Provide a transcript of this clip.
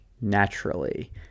naturally